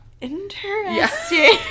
Interesting